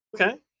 Okay